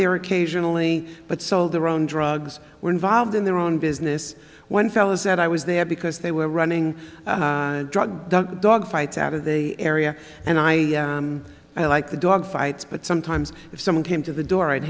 there occasionally but saw their own drugs were involved in their own business one fellow said i was there because they were running drug dogfights out of the area and i like the dog fights but sometimes if someone came to the door i'd